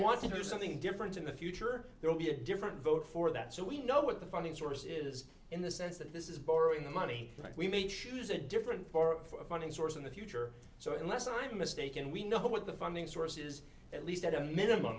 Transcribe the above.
want to do something different in the future there will be a different vote for that so we know what the funding source is in the sense that this is borrowing money that we may choose a different part of a funding source in the future so unless i'm mistaken we know what the funding source is at least at a minimum